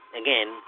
again